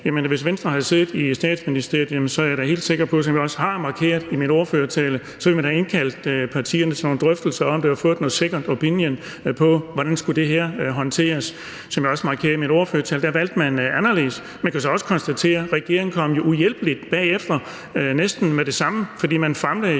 Hvis Venstre havde siddet i Statsministeriet, er jeg da helt sikker på, som jeg også har markeret i min ordførertale, at man ville have indkaldt partierne til nogle drøftelser om det og fået en second opinion på, hvordan det her skulle håndteres. Som jeg også markerede i min ordførertale, valgte man anderledes. Man kan så også konstatere, at regeringen jo kom uhjælpeligt bagefter næsten med det samme, fordi man famlede